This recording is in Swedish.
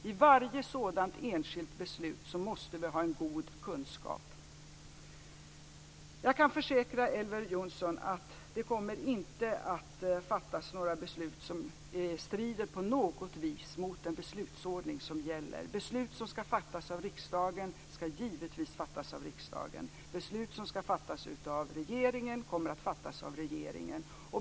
I varje sådant enskilt beslut måste vi ha en god kunskap. Jag kan försäkra Elver Jonsson om att det inte kommer att fattas några beslut som på något vis strider mot den beslutsordning som gäller. Beslut som skall fattas av riksdagen skall givetvis fattas av riksdagen. Beslut som skall fattas av regeringen kommer att fattas av regeringen.